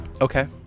Okay